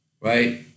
right